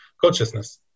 Consciousness